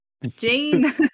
Jane